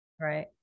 Right